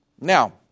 Now